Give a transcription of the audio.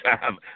time